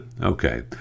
okay